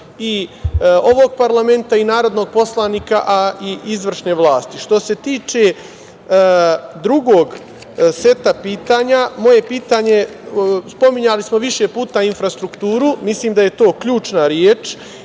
i ovog parlamenta i narodnog poslanika, a i izvršne vlasti. Što se tiče drugog seta pitanja, moje pitanje, spominjali smo više puta infrastrukturu, mislim da je to ključna reč,